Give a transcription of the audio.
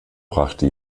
brachte